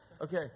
Okay